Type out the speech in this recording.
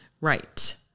Right